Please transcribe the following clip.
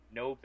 no